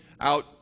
out